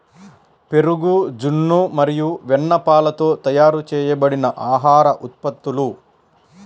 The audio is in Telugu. పెరుగు, జున్ను మరియు వెన్నపాలతో తయారు చేయబడిన ఆహార ఉత్పత్తులు